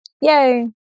yay